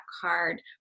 card